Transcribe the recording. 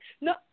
No